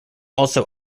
also